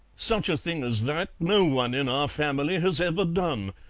such a thing as that no one in our family has ever done,